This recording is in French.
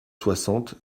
soixante